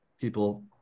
people